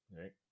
right